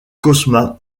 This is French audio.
cosma